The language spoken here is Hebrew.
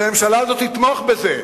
והממשלה הזאת תתמוך בזה,